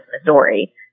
Missouri